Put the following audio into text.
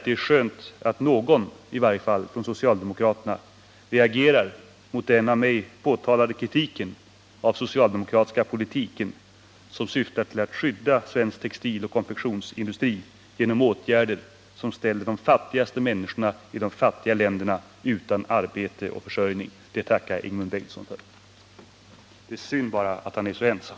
Det är skönt att i varje fall någon från socialdemokraterna reagerar mot den av mig påtalade socialdemokratiska politiken, som syftar till att skydda svensk textiloch konfektionsindustri genom åtgärder som ställer de fattigaste människorna i de fattiga länderna utan arbete och försörjning. Det tackar jag Ingemund Bengtsson för; det är synd bara att han är så ensam.